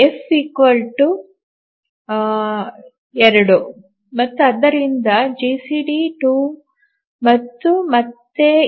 F 2 ಮತ್ತು ಆದ್ದರಿಂದ GCD 2 ಮತ್ತು ಮತ್ತೆ ಇದು ಹಿಡಿದಿರುತ್ತದೆ